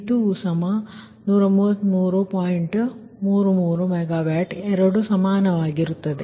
33 MW ಎರಡೂ ಸಮಾನವಾಗಿರುತ್ತವೆ